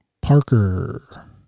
Parker